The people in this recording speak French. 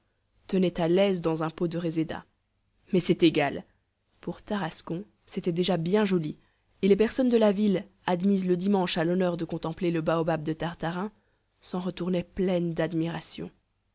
tenait à l'aise dans un pot de réséda mais c'est égal pour tarascon c'était déjà bien joli et les personnes de la ville admises le dimanche à l'honneur de contempler le baobab de tartarin s'en retournaient pleines d'admiration